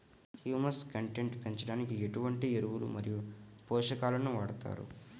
Humus content పెంచడానికి ఎటువంటి ఎరువులు మరియు పోషకాలను వాడతారు?